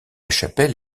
chapelle